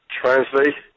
translate